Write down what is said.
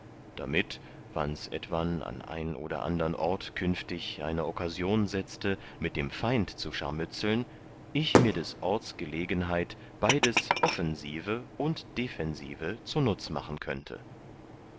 damit wanns etwan an ein oder andern ort künftig eine okkasion setzte mit dem feind zu scharmützeln ich mir des orts gelegenheit beides offensive und defensive zunutz machen könnte